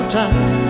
time